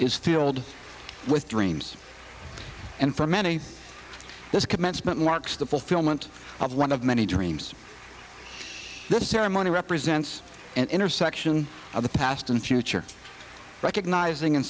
is filled with dreams and for many this commencement marks the fulfillment of one of many dreams the ceremony represents an intersection of the past and future recognizing